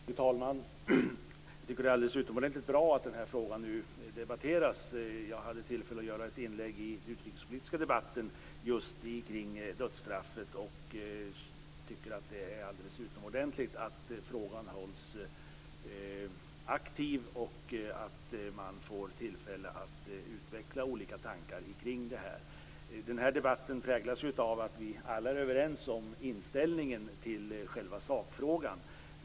Fru talman! Jag tycker att det är alldeles utomordentligt bra att den här frågan nu debatteras. Jag hade tillfälle att göra ett inlägg just kring dödsstraffet i den utrikespolitiska debatten, och jag tycker att det är utomordentligt att frågan hålls aktiv och att man får tillfälle att utveckla olika tankar kring det här. Den här debatten präglas av att vi alla är överens om inställningen till själva sakfrågan.